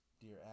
dear